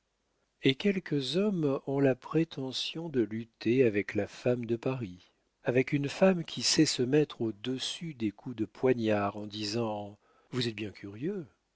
et quelques hommes ont la prétention de lutter avec la femme de paris avec une femme qui sait se mettre au-dessus des coups de poignards en disant vous êtes bien curieux